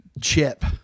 Chip